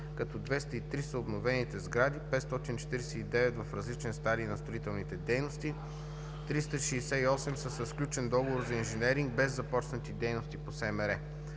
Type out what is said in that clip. като 203 са обновените сгради, 549 в различен стадий на строителните дейности, 368 са със сключен договор за инженеринг без започнати дейности по СМР.